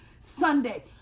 Sunday